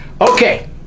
okay